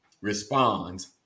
responds